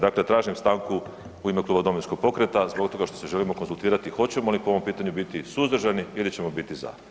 Dakle, tražim stanku u ime Kluba Domovinskog pokreta zbog toga što se želimo konzultirati hoćemo li po ovom pitanju biti suzdržani ili ćemo biti za.